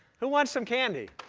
who wants some candy?